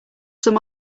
some